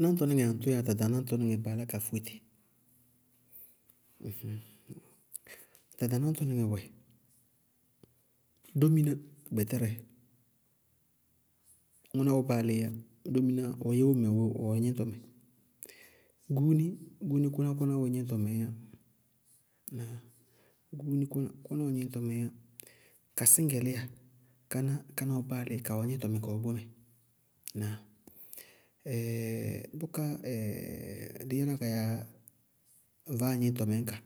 Náñtɔníŋɛ aŋtʋ yáa ɖaɖa náñtɔnɩŋɛ bá yálá ka fóé tɩ? ɖaɖa náñtɔnɩŋɛ wɛ: dóminá gbɛtɛrɛ, ŋʋná wɛ báa léé yá, dóminá ɔ yɛ ʋna go ɔwɛ gníñtɔmɛ. Gúúni, gúúni kʋná kʋná wɛ gníñtɔŋɛɛ yá, gúúni kʋná kʋná wɛ gníñtɔŋɛɛ yá, kasíñgɛlíya, káná káná wɛ báa lé, kawɛ gnɩñtɔ mɛ kawɛ bómɛ. Ŋnáa? bʋká dɩí yála ka ya vaáa gníñtɔmɛ ñka,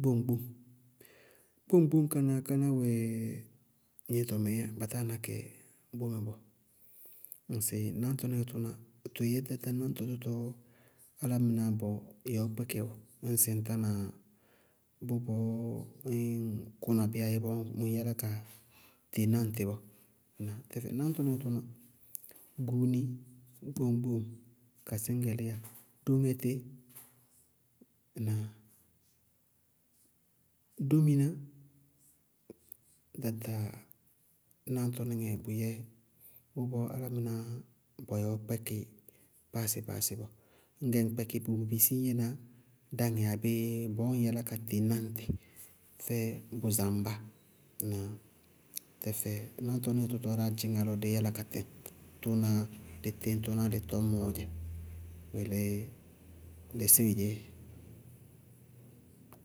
gbóŋ-gbóŋ. Gbóŋ-gbóŋ káná, káná wɛ gníñtɔmɛɛ yá, ba táa ná kɛ bómɛ bɔɔ, ñŋsɩ náŋtɔnɩŋɛ tʋná, tʋ yɛ ɖaɖa náñtɔnɩŋɛ tɔɔ álámɩnáá bɔyɛ ɔɔ kpɛkɩ ɔɔ, ñŋsɩ ŋ tána bɔɔ ññ kʋna bí abéé bɔɔ ññ yálá ka teŋná ŋtɩ ɔɔ, náŋ tɛfɛ náŋtɔnɩŋɛ tʋná gúúni gbóŋ-gbóŋ, kasíñgɛlíya, dóŋɛtí, ŋnáa? Dóminá, ɖaɖa náñtɔnɩŋɛɛ bʋ yɛ bʋ bɔɔ álámɩnáá bɔyɛ ɔɔ kpɛkɩ báasé-báasé bɔɔ. ñ ŋñgɛ ñ kpɛkí, bʋ bisí ñ yɛná dáŋɛ abéé bɔɔ ññ yálá ka teŋná ŋtɩ fɛ bʋ zambá. Náŋ tɛfɛ náŋtɔ náŋtɔ tɔɔ dáá dzɩñŋá lɔ dɩí yála ka tɩŋ, tʋnáá dɩ tɔñ tʋnáá dɩ tɔñ mɔɔ dzɛ, wélé bisí dzɛ.